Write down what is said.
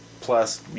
plus